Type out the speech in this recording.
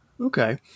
Okay